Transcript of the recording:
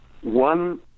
one